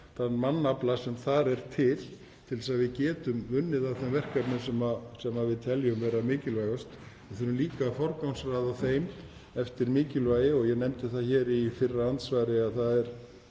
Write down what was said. þann mannafla sem til er, til þess að við getum unnið að þeim verkefnum sem við teljum vera mikilvægust. Við þurfum líka að forgangsraða þeim eftir mikilvægi og ég nefndi það hér í fyrra andsvari að um